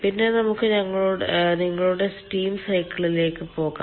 പിന്നെ നമുക്ക് നിങ്ങളുടെ സ്റ്റീം സൈക്കിളിലേക്ക് പോകാം